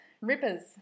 Rippers